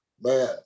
man